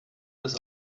des